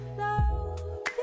love